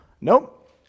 nope